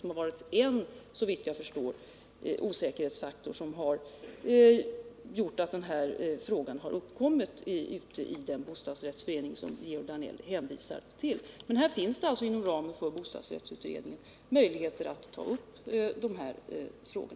Detta har såvitt jag kan förstå varit en osäkerhetsfaktor som gjort att den situation som Georg Danell beskrivit har uppkommit. Inom ramen för bostadsrättsutredningen finns det alltså möjligheter att ta upp dessa frågor.